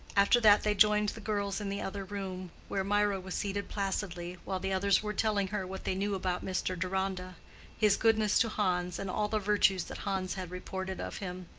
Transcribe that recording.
after that they joined the girls in the other room, where mirah was seated placidly, while the others were telling her what they knew about mr. deronda his goodness to hans, and all the virtues that hans had reported of him.